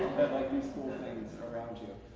like these cool things around you.